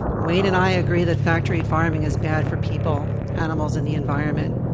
wayne and i agree that factor farming is bad for people, animals, and the environment,